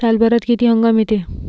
सालभरात किती हंगाम येते?